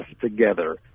together